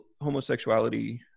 homosexuality